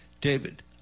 David